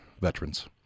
veterans